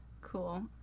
Cool